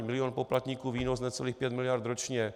Milion poplatníků, výnos necelých 5 mld. ročně.